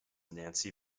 nancy